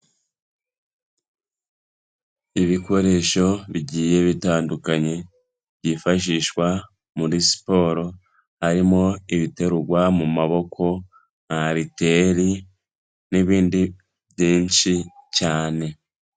Ibikoresho bigiye bitandukanye, byifashishwa muri siporo, harimo ibiterwa mu maboko nka ariteri n'ibindi byinshi cyane.